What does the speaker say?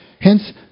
Hence